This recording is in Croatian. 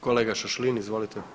Kolega Šašlin, izvolite.